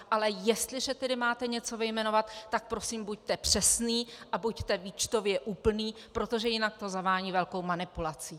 Ale jestliže tedy máte něco vyjmenovat, tak prosím buďte přesný a buďte výčtově úplný, protože jinak to zavání velkou manipulací.